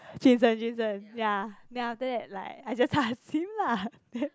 Jason Jason ya then after that like I just ask him lah then